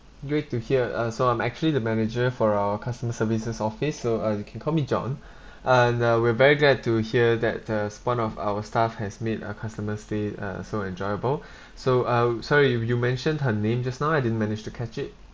great to hear uh so I'm actually the manager for our customer services office so uh you can call me john and uh we're very glad to hear that uh one of our staff has made a customer's stay uh so enjoyable so I would sorry you you mentioned her name just now I didn't manage to catch it